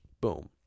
Boom